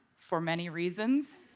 for many reasons.